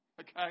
okay